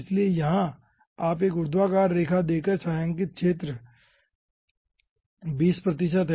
इसलिए यहाँ आप एक ऊर्ध्वाधर रेखा देकर देखते हैं कि छायांकित क्षेत्र 20 प्रतिशत है